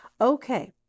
okay